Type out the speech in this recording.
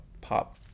pop